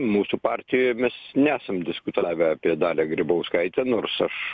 mūsų partijoj mes nesam diskutavę apie dalią grybauskaitę nors aš